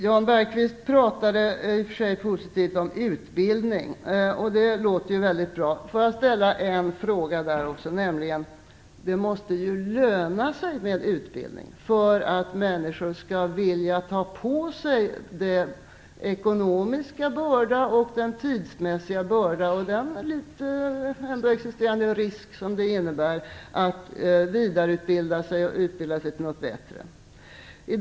Jan Bergqvist talade i och för sig positivt om utbildning, och det låter ju väldigt bra. Men det måste ju löna sig med utbildning för att människor skall vilja ta på sig den ekonomiska börda, den tidsmässiga börda och den trots allt existerande risk som det innebär att vidareutbilda sig och utbilda sig till något bättre.